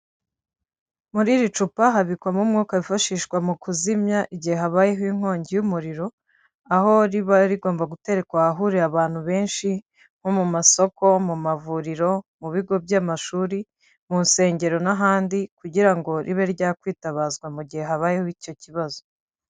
Muri iri cupa habikwamo umwuka wifashishwa mu kuzimya igihe habayeho inkongi y'umuriro, aho riba rigomba guterekwa ahahurira abantu benshi nko mu masoko, mu mavuriro, mu bigo by'amashuri, mu nsengero n'ahandi kugira ngo ribe ryakwitabazwa mu gihe habayeho icyo kibazo.